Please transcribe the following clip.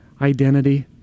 identity